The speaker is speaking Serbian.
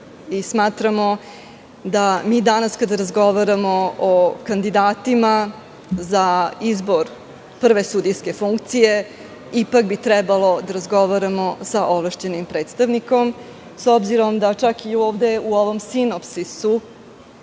i smatramo da mi danas, kada razgovaramo o kandidatima za izbor prve sudijske funkcije, ipak bi trebalo da razgovaramo sa ovlašćenim predstavnikom, s obzirom da čak i ovde, u ovom sinopsisu,